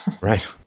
Right